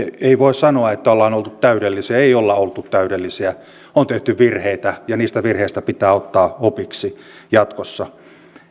ei voi sanoa että ollaan oltu täydellisiä ei olla oltu täydellisiä on tehty virheitä ja niistä virheistä pitää ottaa opiksi jatkossa